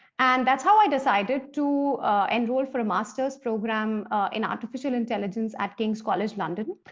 and that's how i decided to enroll for a master's program in artificial intelligence at king's college london.